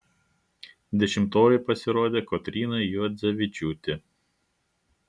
dešimtoji pasirodė kotryna juodzevičiūtė